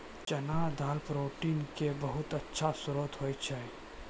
चना दाल प्रोटीन के बहुत अच्छा श्रोत होय छै